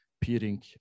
peering